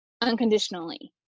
unconditionally